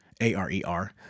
A-R-E-R